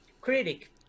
critic